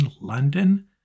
London